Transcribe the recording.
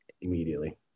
immediately